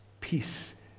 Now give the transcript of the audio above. Peace